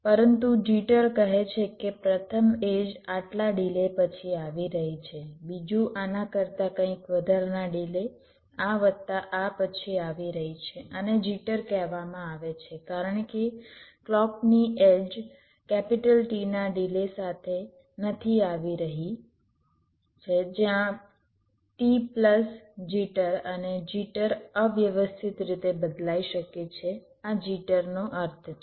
પરંતુ જીટર કહે છે કે પ્રથમ એડ્જ આટલા ડિલે પછી આવી રહી છે બીજું આના કરતા કંઈક વધારાના ડિલે આ વત્તા આ પછી આવી રહી છે આને જિટર કહેવામાં આવે છે કારણ કે ક્લૉકની એડ્જ T ના ડિલે સાથે નથી આવી રહી છે જ્યાં t પ્લસ જીટર અને જીટર અવ્યવસ્થિત રીતે બદલાઇ શકે છે આ જિટરનો અર્થ છે